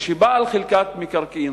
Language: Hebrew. כשבעל חלקת מקרקעין,